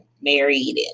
married